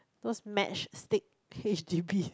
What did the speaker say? those match stick H G V